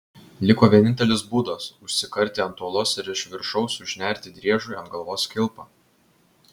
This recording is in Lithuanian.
liko vienintelis būdas užsikarti ant uolos ir iš viršaus užnerti driežui ant galvos kilpą